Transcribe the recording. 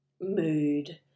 mood